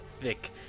thick